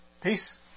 Peace